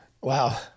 Wow